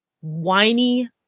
whiny